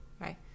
right